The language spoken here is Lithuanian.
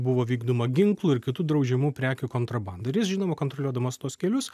buvo vykdoma ginklų ir kitų draudžiamų prekių kontrabanda ir jis žinoma kontroliuodamas tuos kelius